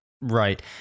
Right